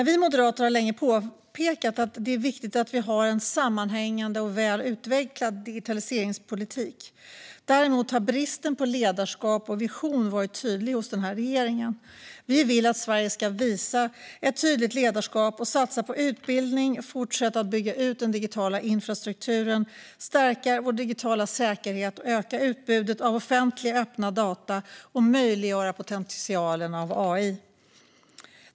Vi moderater har länge påpekat att det är viktigt att vi har en sammanhängande och väl utvecklad digitaliseringspolitik. Bristen på ledarskap och visioner har dock varit tydlig hos den här regeringen. Vi vill att Sverige ska visa ett tydligt ledarskap och satsa på utbildning, fortsätta att bygga ut den digitala infrastrukturen, stärka vår digitala säkerhet, öka utbudet av offentliga, öppna data och möjliggöra potentialen för AI.